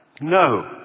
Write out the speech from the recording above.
No